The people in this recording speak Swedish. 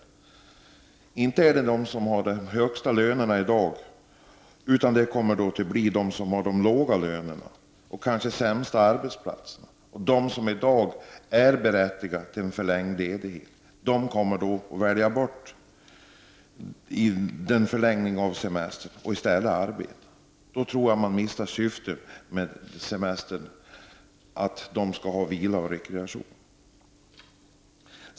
Ja, inte är det de människor som har de högsta lönerna i dag, utan det kommer att vara de människor som har de låga lönerna och den kanske sämsta miljön på arbetsplatserna. Det är alltså dessa människor som kommer att välja bort en förlängning av semestern för att i stället arbeta. Då tror jag att syftet med en förlängning av semestern försvinner, dvs. att dessa människor skall få vila och rekreation.